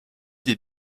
des